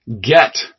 get